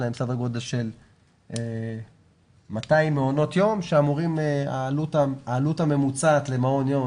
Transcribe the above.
סדר גודל של 200 מעונות יום שהעלות הממוצעת למעון יום,